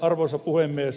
arvoisa puhemies